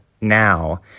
now